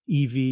EV